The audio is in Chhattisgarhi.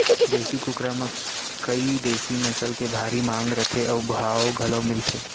देसी कुकरा म कइ देसी नसल के भारी मांग रथे अउ भाव घलौ मिलथे